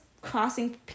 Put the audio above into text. crossing